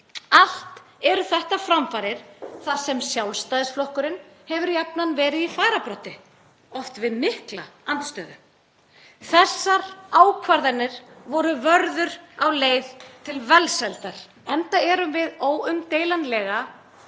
Allt eru þetta framfarir þar sem Sjálfstæðisflokkurinn hefur jafnan verið í fararbroddi, oft við mikla andstöðu. Þessar ákvarðanir voru vörður á leið til velsældar, enda erum við óumdeilanlega